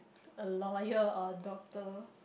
a lawyer or a doctor